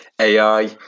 AI